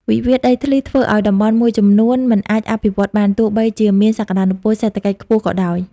វិវាទដីធ្លីធ្វើឱ្យតំបន់មួយចំនួនមិនអាចអភិវឌ្ឍបាន ទោះបីជាមានសក្ដានុពលសេដ្ឋកិច្ចខ្ពស់ក៏ដោយ។